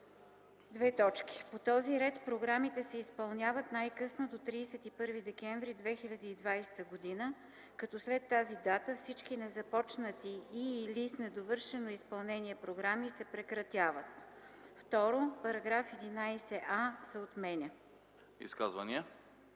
трето: „По този ред програмите се изпълняват най-късно до 31 декември 2020 г., като след тази дата всички незапочнати и/или с недовършено изпълнение програми се прекратяват.” 2. Параграф 11а се отменя.”